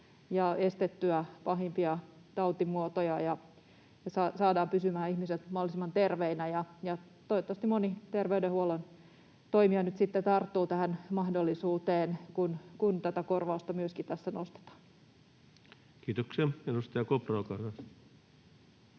ja estettyä pahimpia tautimuotoja ja saadaan pysymään ihmiset mahdollisimman terveinä. Toivottavasti moni terveydenhuollon toimija nyt sitten tarttuu tähän mahdollisuuteen, kun tätä korvausta myöskin tässä nostetaan. Kiitoksia. — Edustaja Kopra, olkaa